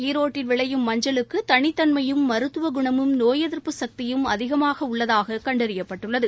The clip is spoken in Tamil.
ஈரோட்டில் விளையும் மஞ்சளுக்கு தனித்தன்மையும் மருத்துவக்குணமும் நோய் எதிர்ப்பு சக்தியும் அதிகமாக உள்ளதாக கண்டறியப்பட்டுள்ளது